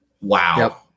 Wow